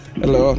hello